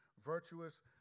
virtuous